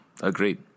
Agreed